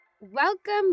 Welcome